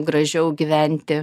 gražiau gyventi